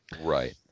Right